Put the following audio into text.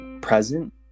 present